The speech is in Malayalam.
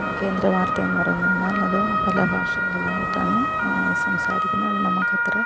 കേന്ദ്ര വാർത്തയെന്നു പറഞ്ഞു കഴിഞ്ഞാൽ അത് പല ഭാഷകളിലായിട്ടാണ് സംസാരിക്കുന്നത് അതു നമുക്കത്ര